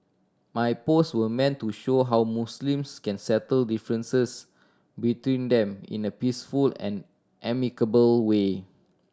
my post were meant to show how Muslims can settle differences between them in a peaceful and amicable way